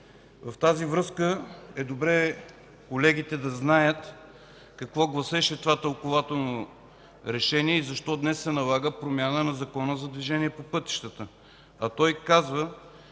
В тази връзка е добре колегите да знаят какво гласеше това тълкувателно Решение и защо днес се налага промяна на Закона за движението по пътищата. Той казва,